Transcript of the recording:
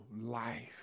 life